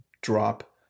drop